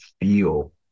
feel